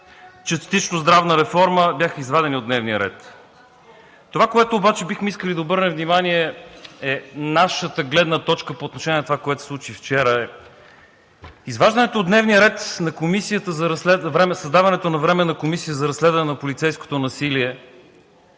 частично здравна реформа бяха извадени от дневния ред. Това, на което обаче бихме искали да обърнем внимание, е нашата гледна точка по отношение на това, което се случи вчера, е изваждането от дневния ред на създаването на временна комисия за разследване на полицейското насилие